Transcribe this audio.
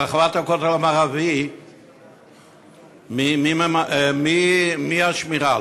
ברחבת הכותל המערבי מי אחראי לשמירה,